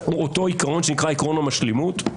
היא אותו עקרון שנקרא "עקרון המשלימות",